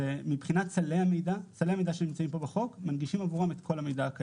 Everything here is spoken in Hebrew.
מבחינת סלי המידע שנמצאים פה בחוק הם מנגישים עבורם את כל המידע.